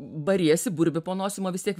bariesi burbi po nosim o vis tiek